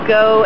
go